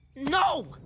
No